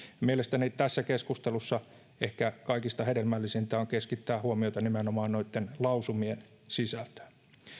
mielestäni tässä keskustelussa ehkä kaikista hedelmällisintä on keskittää huomiota nimenomaan noitten lausumien sisältöön